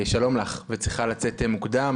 וצריכה לצאת מוקדם.